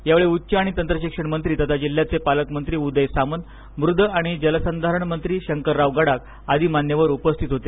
यावेळी उच्च आणि तंत्रशिक्षण मंत्री तथा जिल्ह्याचे पालकमंत्री उदय सामंत मृद आणि जलसंधारण मंत्री शंकराव गडाखआदी मान्यवर उपस्थित होते